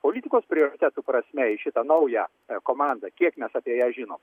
politikos prioritetų prasme į šitą naują komandą kiek mes apie ją žinom